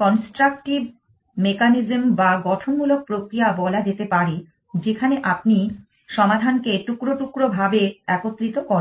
constructive mechanism বা গঠনমূলক প্রক্রিয়া বলা যেতে পারে যেখানে আপনি সমাধানকে টুকরো টুকরো ভাবে একত্রিত করেন